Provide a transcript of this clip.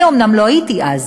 אני אומנם לא הייתי אז,